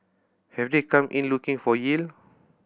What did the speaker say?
have they come in looking for yield